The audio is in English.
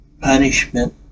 Punishment